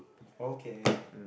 okay